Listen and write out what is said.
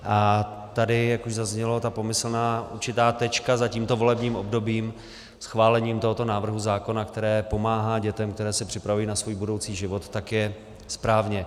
A tady, jak už zaznělo, ta pomyslná určitá tečka za tímto volebním obdobím schválením tohoto návrhu zákona, které pomáhá dětem, které se připravují na svůj budoucí život, tak je správně.